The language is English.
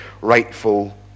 rightful